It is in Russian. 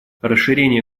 расширение